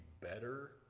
better